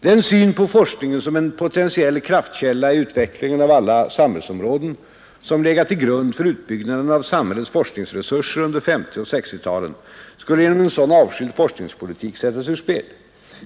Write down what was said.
Den syn på forskningen såsom en potentiell kraftkälla i utvecklingen av alla samhällsområden som legat till grund för utbyggnaden av samhällets forskningsresurser under 1950 och 1960-talen skulle genom en sådan avskild forskningspolitik sättas ur spel.